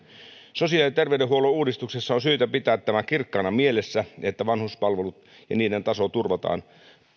sosiaali ja terveydenhuollon uudistuksessa on syytä pitää tämä kirkkaana mielessä että vanhuspalvelut ja niiden taso turvataan